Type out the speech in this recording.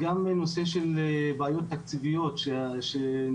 גם בנושא של בעיות תקציביות של